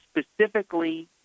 specifically